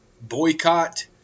boycott